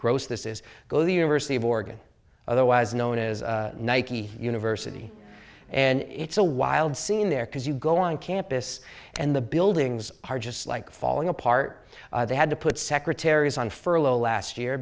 gross this is go to the university of oregon otherwise known as nike university and it's a wild scene there because you go on campus and the buildings are just like falling apart they had to put secretaries on furlough last year